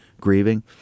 grieving